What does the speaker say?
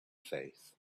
faith